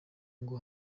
ngo